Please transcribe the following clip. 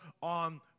on